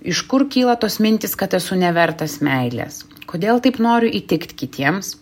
iš kur kyla tos mintys kad esu nevertas meilės kodėl taip noriu įtikt kitiems